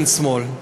אין שמאל,